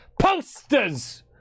posters